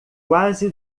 quase